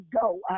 go